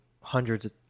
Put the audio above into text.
hundreds